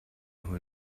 who